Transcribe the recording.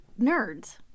Nerds